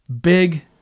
big